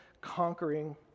conquering